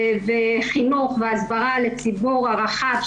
וחינוך והסברה לציבור הרחב,